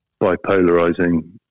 bipolarizing